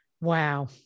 wow